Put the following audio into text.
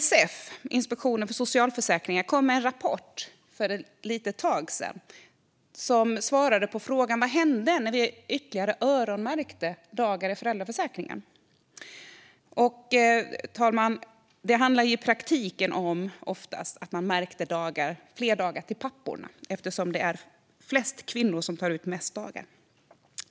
Inspektionen för socialförsäkringen, ISF, kom med en rapport för ett litet tag sedan. Den svarade på frågan om vad som hände när vi öronmärkte ytterligare dagar i föräldraförsäkringen. Det handlar, fru talman, i praktiken oftast om att man öronmärkte fler dagar till papporna, eftersom kvinnor tar ut flest dagar.